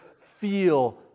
feel